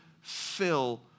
fill